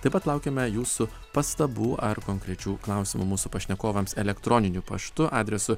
taip pat laukiame jūsų pastabų ar konkrečių klausimų mūsų pašnekovams elektroniniu paštu adresu